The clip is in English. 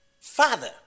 father